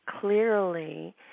clearly